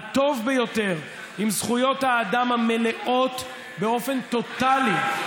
הטוב ביותר, עם זכויות האדם המלאות באופן טוטלי.